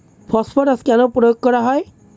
Phosphorus কেন প্রয়োগ করা হয়?